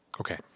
Okay